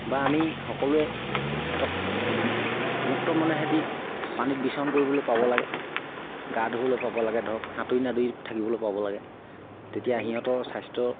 বা আমি সকলোৱে সিহঁতক মুক্ত মনে সিহঁতে পানীত বিচৰণ কৰিবলৈ পাব লাগে গা ধুবলৈ পাব লাগে ধৰক সাঁতুৰি নাদুৰি থাকিবলৈ পাব লাগে তেতিয়া সিহঁতৰ স্বাস্থ্যৰ